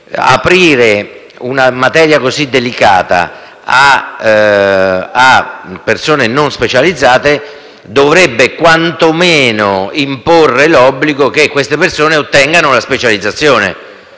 Aprire una materia così delicata a persone non specializzate dovrebbe, quantomeno, imporre l'obbligo che esse ottengano una specializzazione.